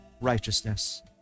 righteousness